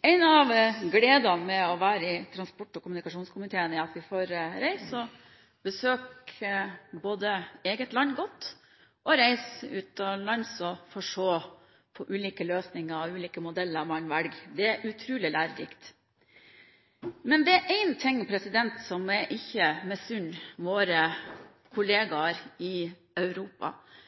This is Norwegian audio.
En av gledene ved å være i transport- og kommunikasjonskomiteen er at vi får reist og besøkt eget land godt, og vi får også reist utenlands og sett på ulike løsninger, ulike modeller, som man velger. Det er utrolig lærerikt. Men det er én ting som jeg ikke misunner våre kollegaer i Europa. Det er den økonomiske situasjonen, som er